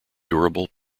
durable